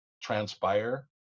transpire